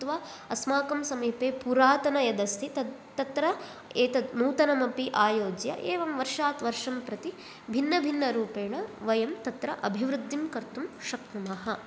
कृत्वा अस्माकं समीपे पुरातनं यद् अस्ति तद् तत्र एतद् नूतनम् अपि आयोज्य एवं वर्षात् वर्षं प्रति भिन्न भिन्न रूपेण वयं तत्र अभिवृद्धिं कर्तुं शक्नुम